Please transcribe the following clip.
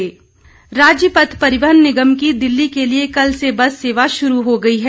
बुस रूट राज्य पथ परिवहन निगम की दिल्ली के लिए कल से बस सेवा शुरू हो गई है